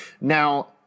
now